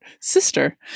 Sister